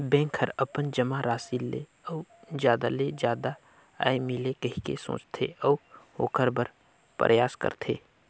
bank हर अपन जमा राशि ले अउ जादा ले जादा आय मिले कहिके सोचथे, अऊ ओखर बर परयास करथे